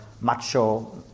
macho